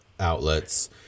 outlets